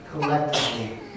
collectively